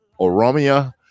Oromia